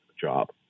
job